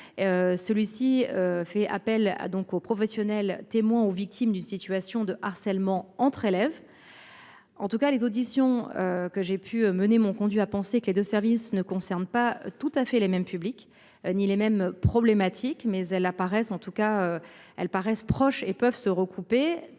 Celui-ci fait appel à donc aux professionnels témoins ou victimes d'une situation de harcèlement entre élèves. En tout cas les auditions que j'ai pu mener mon conduit à penser que les 2 services ne concerne pas tout à fait les mêmes publics ni les mêmes problématiques mais elles apparaissent en tout cas elles